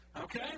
Okay